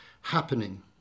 happening